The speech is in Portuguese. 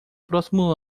próximo